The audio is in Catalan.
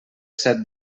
set